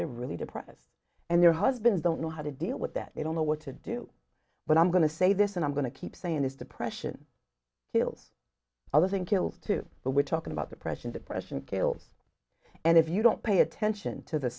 they're really depressed and their husbands don't know how to deal with that they don't know what to do but i'm going to say this and i'm going to keep saying this depression hills other thing kills too but we're talking about depression depression kill and if you don't pay attention to the